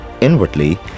inwardly